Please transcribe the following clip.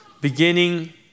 beginning